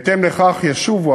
בהתאם לכך ישובו